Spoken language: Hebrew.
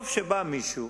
טוב שבא מישהו,